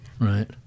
Right